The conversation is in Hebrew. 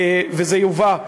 וזה יובא,